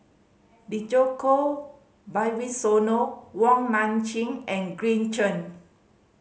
Djoko Wibisono Wong Nai Chin and Green Zeng